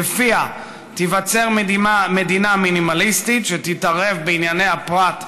שלפיה תיווצר מדינה מינימליסטית שתתערב בענייני הפרט,